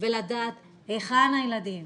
לדעת היכן הילדים,